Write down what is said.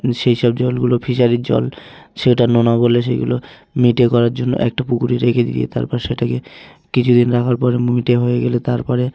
সেই সব জলগুলো ফিশারির জল সেটা নোনা বলে সেইগুলো মিঠে করার জন্য একটা পুকুরে রেখে দিয়ে তারপর সেটাকে কিছু দিন রাখার পর মিঠে হয়ে গেলে তারপরে